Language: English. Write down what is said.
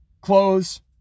Clothes